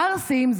הערסים,